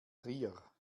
trier